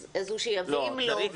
אז --- ואם לא,